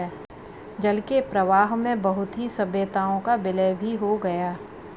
जल के प्रवाह में बहुत सी सभ्यताओं का विलय भी हो गया